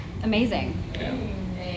Amazing